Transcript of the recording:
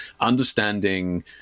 understanding